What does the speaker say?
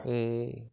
এই